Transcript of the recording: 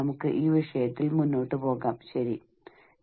മറ്റൊന്ന് Idris associates Idris Associates